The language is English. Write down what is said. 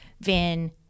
Vin